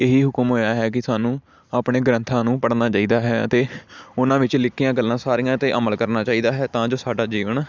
ਇਹੀ ਹੁਕਮ ਹੋਇਆ ਹੈ ਕਿ ਸਾਨੂੰ ਆਪਣੇ ਗ੍ਰੰਥਾਂ ਨੂੰ ਪੜ੍ਹਨਾ ਚਾਹੀਦਾ ਹੈ ਅਤੇ ਉਨ੍ਹਾਂ ਵਿੱਚ ਲਿਖੀਆਂ ਗੱਲਾਂ ਸਾਰੀਆਂ 'ਤੇ ਅਮਲ ਕਰਨਾ ਚਾਹੀਦਾ ਹੈ ਤਾਂ ਜੋ ਸਾਡਾ ਜੀਵਨ